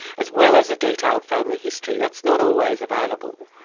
as well as a detailed family history. that's not always available.